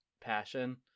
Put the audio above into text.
passion